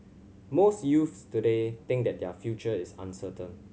most youths today think that their future is uncertain